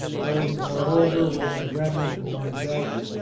burdened moreover with the rem nant of my debts,